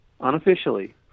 unofficially